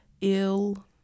ill